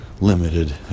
Limited